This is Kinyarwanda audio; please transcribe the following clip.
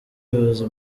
bibaza